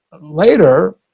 later